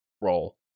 role